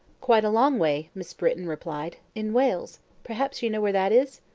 quite a long way, miss britton replied. in wales perhaps you know where that is?